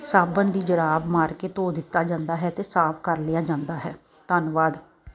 ਸਾਬਣ ਦੀ ਜੁਰਾਬ ਮਾਰ ਕੇ ਧੋ ਦਿੱਤਾ ਜਾਂਦਾ ਹੈ ਅਤੇ ਸਾਫ ਕਰ ਲਿਆ ਜਾਂਦਾ ਹੈ ਧੰਨਵਾਦ